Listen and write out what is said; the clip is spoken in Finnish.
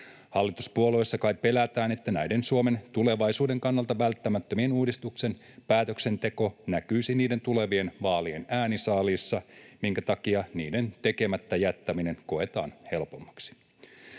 Hallituspuolueissa kai pelätään, että päätöksenteko näistä Suomen tulevaisuuden kannalta välttämättömistä uudistuksista näkyisi niiden tulevien vaalien äänisaaliissa, minkä takia niiden tekemättä jättäminen koetaan helpommaksi.